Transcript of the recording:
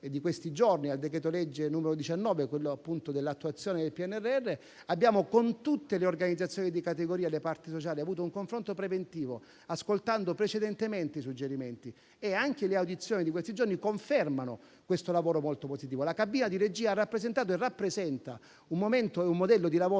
rispetto al decreto-legge n. 19, sull'attuazione del PNRR, con tutte le organizzazioni di categoria e le parti sociali abbiamo avuto un confronto preventivo, ascoltando precedentemente i suggerimenti. Anche le audizioni di questi giorni confermano questo lavoro molto positivo. La cabina di regia ha rappresentato e rappresenta un momento e un modello di lavoro